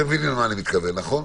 אתה מבין למה אני מתכוון, נכון?